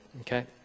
Okay